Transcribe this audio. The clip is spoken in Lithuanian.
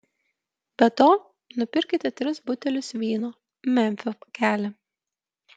be to nupirkite tris butelius vyno memfio pakelį